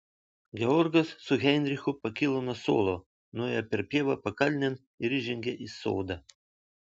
georgas su heinrichu pakilo nuo suolo nuėjo per pievą pakalnėn ir įžengė į sodą